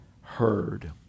heard